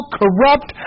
corrupt